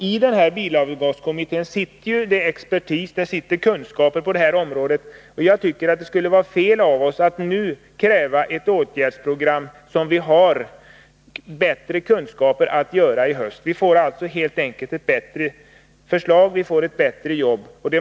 I bilavgaskommittén sitter expertis med kunskaper på detta område. Det skulle vara fel av oss att nu kräva ett åtgärdsprogram, när vi kommer att ha bättre kunskap om detta i höst. Vi får alltså därmed ett bättre förslag och kommer att göra ett bättre jobb.